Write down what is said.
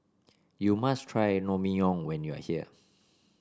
you must try Ramyeon when you are here